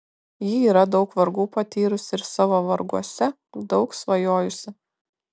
ji yra daug vargų patyrusi ir savo varguose daug svajojusi